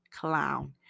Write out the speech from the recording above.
clown